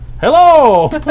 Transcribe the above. Hello